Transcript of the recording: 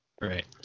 Right